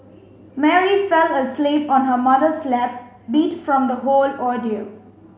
Mary fell asleep on her mother's lap beat from the whole ordeal